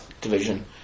division